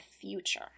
future